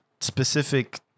specific